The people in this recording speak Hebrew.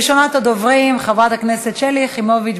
ראשונת הדוברים, חברת הכנסת שלי יחימוביץ.